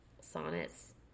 sonnets